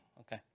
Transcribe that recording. Okay